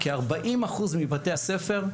כ-40% מבתי הספר,